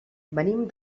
venim